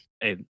Hey